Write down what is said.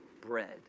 bread